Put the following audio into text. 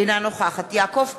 אינה נוכח יעקב פרי,